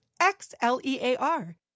X-L-E-A-R